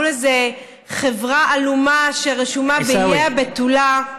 מול איזו חברה עלומה שרשומה באיי הבתולה,